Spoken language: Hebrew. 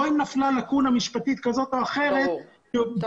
לא אם נפלה לקונה משפטית כזאת או אחרת ואולי